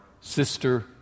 sister